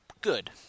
good